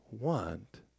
want